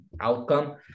outcome